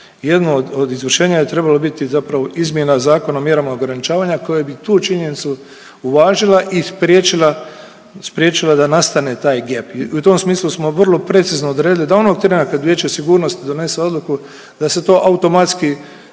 jedno od izvršenja je trebalo biti zapravo izmjena Zakona o mjerama ograničavanja koje bi tu činjenicu uvažila i spriječila, spriječila da nastane taj gap i u tom smislu smo vrlo precizno odredili da onog trena kad Vijeće sigurnosti donese odluku da se to automatski,